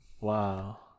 wow